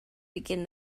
begin